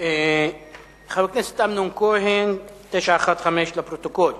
חבר הכנסת אמנון כהן, שאילתא 915, לפרוטוקול.